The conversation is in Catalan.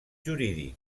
jurídic